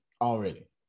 Already